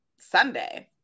Sunday